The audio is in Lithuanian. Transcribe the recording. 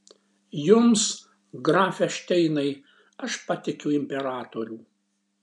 jums grafe šteinai aš patikiu imperatorių